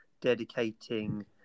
dedicating